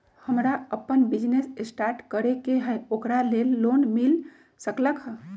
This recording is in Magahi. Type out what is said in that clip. हमरा अपन बिजनेस स्टार्ट करे के है ओकरा लेल लोन मिल सकलक ह?